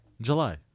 july